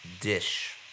dish